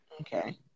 okay